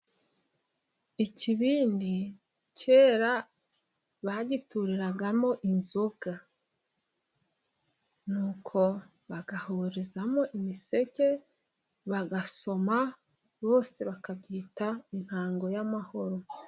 Ikibindi kera bagituriragamo inzoga. Ni uko bagahurizamo imiseke，bagasoma， bose bakabyita intango y'amahoro.